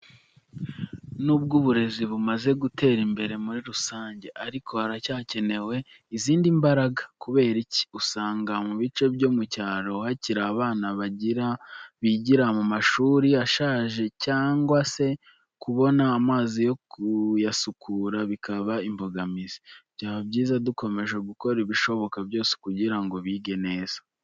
Nubwo uburezi bumaze gutera imbere muri rusange, ariko haracyakenewe izindi mbaraga. Kubera iki? Usanga mu bice byo mu cyaro hakiri abana bigira mu mashuri ashaje cyangwa se kubona amazi yo kuyasukura bikaba ingorabahizi. Byaba byiza dukomeje gukora ibishoboka byose kugira ngo bige neza.